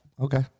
Okay